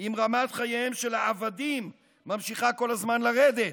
אם רמת חייהם של העבדים ממשיכה כל הזמן לרדת.